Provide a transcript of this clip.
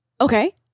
Okay